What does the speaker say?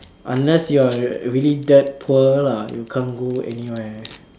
unless you're really that poor lah you can't go anywhere